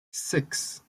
six